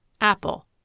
Apple